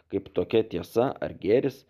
kaip tokia tiesa ar gėris